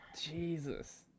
Jesus